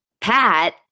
Pat